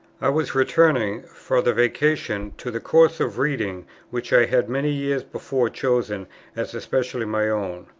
i was returning, for the vacation, to the course of reading which i had many years before chosen as especially my own.